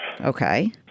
Okay